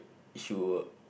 sure